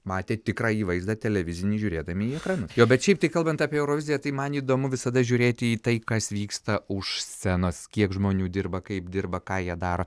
matė tikrąjį vaizdą televizinį žiūrėdami į ekranus jo bet šiaip tai kalbant apie euroviziją tai man įdomu visada žiūrėti į tai kas vyksta už scenos kiek žmonių dirba kaip dirba ką jie daro